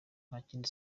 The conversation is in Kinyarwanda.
ntakindi